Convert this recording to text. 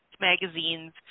magazines